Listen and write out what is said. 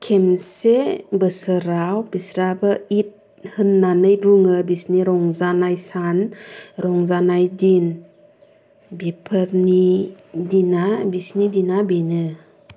खेनसे बोसोराव बिस्राबो इद होननानै बुङो बिसिनि रंजानाय सान रंजानाय दिन बेफोरनि दिना बिसोरनि दिना बेनो